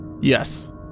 Yes